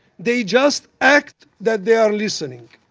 they just act that they are listening.